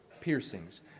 piercings